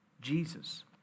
Jesus